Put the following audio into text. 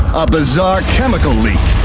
bizarre chemical leak.